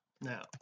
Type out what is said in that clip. now